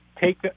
take